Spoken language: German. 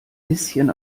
bisschen